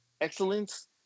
excellence